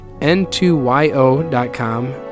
N2YO.com